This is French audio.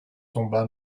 tomba